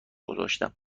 گذاشتم